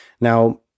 Now